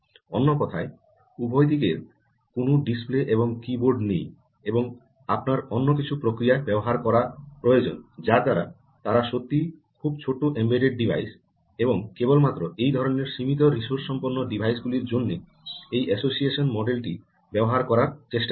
অন্য কথায় উভয় দিকের কোনও ডিসপ্লে এবং কীবোর্ড নেই এবং আপনার অন্য কিছু প্রক্রিয়া ব্যবহার করা প্রয়োজন যার দ্বারা তারা সত্যিই খুব ছোট এমবেডেড ডিভাইস এবং কেবলমাত্র এই ধরণের সীমিত রিসোর্স সম্পন্ন ডিভাইস গুলির জন্য এই এসোসিয়েশন মডেল টি ব্যবহার করার চেষ্টা করছে